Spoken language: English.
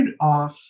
off